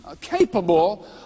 capable